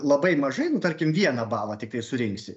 labai mažai nu tarkim vieną balą tiktai surinksi